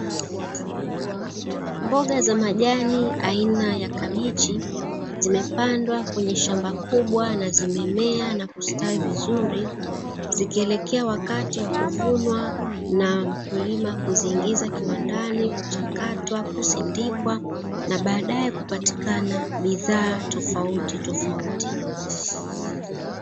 Mboga za majani aina ya kabichi, zimepandwa kwenye shamba kubwa na zimemea na kustawi vizuri. Zikielekea wakati wa kuvunwa na mkulima kuziingiza kiwandani kuchakatwa, kusindikwa na baadaye kupatikana bidhaa tofautitofauti.